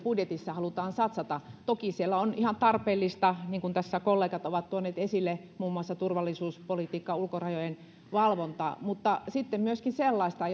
budjetissa halutaan satsata toki siellä on ihan tarpeellista niin kuin tässä kollegat ovat tuoneet esille muun muassa turvallisuuspolitiikka ja ulkorajojen valvonta mutta sitten myöskin sellaista